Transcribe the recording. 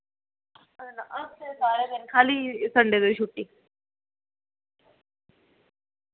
हफ्ते दे सारा दिना खा'ल्ली संडे दिन छुट्टी